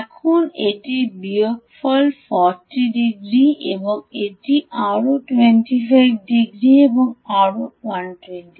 এখন এটি বিয়োগফল 40 ডিগ্রি এটি আরও 25 এবং এটি আরও 125 টি